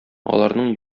аларның